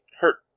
hurt